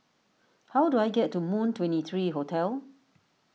how do I get to Moon twenty three Hotel